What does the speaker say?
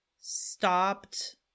stopped